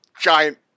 giant